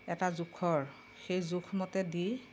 এটা জোখৰ সেই জোখমতে দি